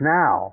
now